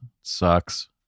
Sucks